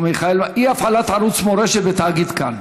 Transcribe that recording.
אי-הפעלת ערוץ מורשת בתאגיד "כאן".